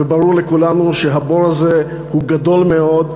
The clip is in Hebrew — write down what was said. וברור לכולנו שהבור הזה הוא גדול מאוד,